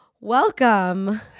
Welcome